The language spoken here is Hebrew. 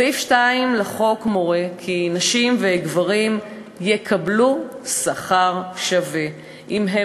סעיף 2 לחוק מורה כי נשים וגברים יקבלו שכר שווה אם הם